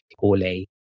poorly